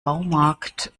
baumarkt